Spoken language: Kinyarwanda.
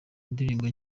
indirimbo